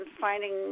finding